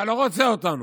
אתה לא רוצה אותנו.